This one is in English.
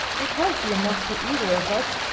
it won't be enough for either of us